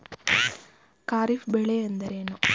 ಖಾರಿಫ್ ಬೆಳೆ ಎಂದರೇನು?